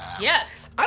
Yes